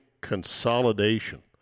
consolidation